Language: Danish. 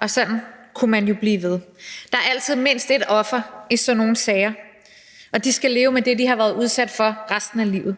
og sådan kunne man jo blive ved. Der er altid mindst ét offer i sådan nogle sager, og de skal leve med det, de har været udsat for, resten af livet.